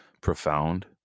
profound